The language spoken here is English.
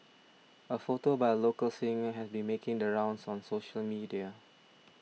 a photo by a local singer has been making the rounds on social media